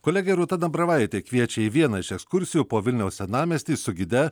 kolegė rūta dambravaitė kviečia į vieną iš ekskursijų po vilniaus senamiestį su gide